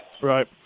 right